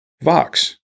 Vox